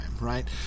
right